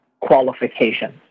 qualifications